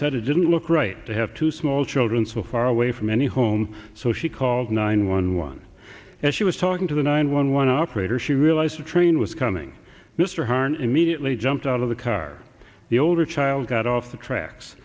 said it didn't look right to have two small children so far away from any home so she called nine one one and she was talking to the nine one one operator she realized a train was coming mr horn immediately jumped out of the car the older child got off the tracks